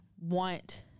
want